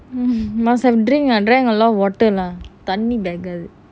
must have drink drank a lot of water lah thanni